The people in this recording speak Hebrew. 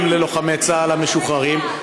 גם ללוחמי צה"ל המשוחררים,